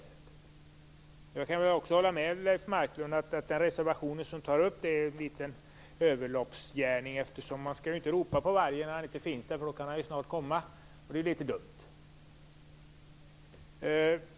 Jag kan också hålla med Leif Marklund om att den reservation som tar upp denna fråga är en liten överloppsgärning. Man skall ju inte ropa på vargen när han inte finns där, för då kan han ju snart komma - och det är litet dumt.